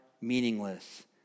meaningless